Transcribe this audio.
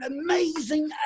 amazing